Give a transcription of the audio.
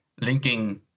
linking